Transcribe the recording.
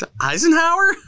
Eisenhower